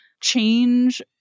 change